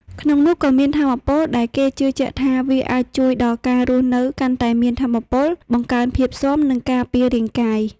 ក្នុងនោះក៏មានថាមពល ដែលគេជឿជាក់ថាវាអាចជួយដល់ការរស់នៅកាន់តែមានថាមពល បង្កើនភាពស៊ាំ និងការពាររាងកាយ។